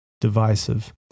divisive